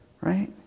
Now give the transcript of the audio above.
Right